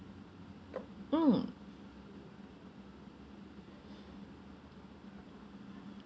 mm